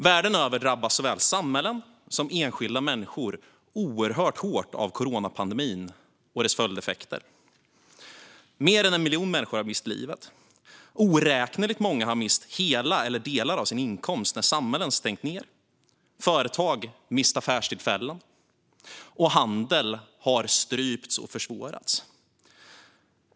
Världen över drabbas såväl samhällen som enskilda oerhört hårt av coronapandemin och dess följdeffekter. Mer än 1 miljon människor har mist livet. Oräkneligt många har mist hela eller delar av sin inkomst när samhällen stängt ned, företag har mist affärstillfällen och handeln har strypts och försvårats.